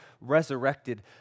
resurrected